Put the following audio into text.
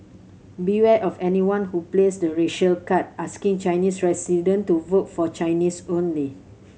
beware of anyone who plays the racial card asking Chinese resident to vote for Chinese only